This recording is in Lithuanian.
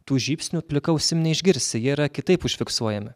tų žybsnių plika ausim neišgirsi jie yra kitaip užfiksuojami